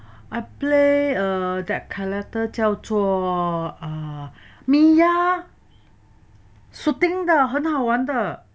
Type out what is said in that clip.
I play err that character 叫做 um mia shooting 的很好玩的